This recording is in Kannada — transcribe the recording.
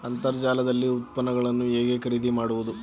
ಅಂತರ್ಜಾಲದಲ್ಲಿ ಉತ್ಪನ್ನಗಳನ್ನು ಹೇಗೆ ಖರೀದಿ ಮಾಡುವುದು?